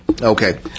Okay